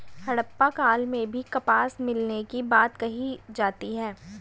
हड़प्पा काल में भी कपास मिलने की बात कही जाती है